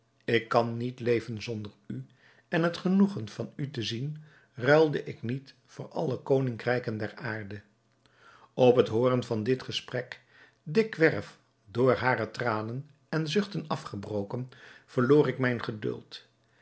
ik kan niet leven zonder u en het genoegen van u te zien ruilde ik niet voor alle koningrijken der aarde op het hooren van dit gesprek dikwerf door hare tranen en zuchten afgebroken verloor ik mijn geduld